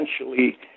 essentially